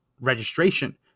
registration